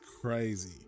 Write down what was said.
crazy